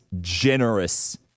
generous